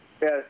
Yes